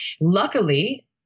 Luckily